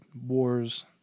wars